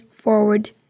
forward